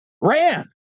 ran